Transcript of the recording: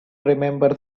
remember